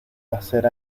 hacer